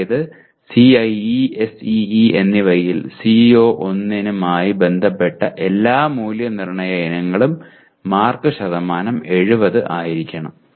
അതായത് CIE SEE എന്നിവയിൽ CO1 മായി ബന്ധപ്പെട്ട എല്ലാ മൂല്യനിർണ്ണയ ഇനങ്ങളും മാർക്ക് ശതമാനം 70 ആയിരിക്കണം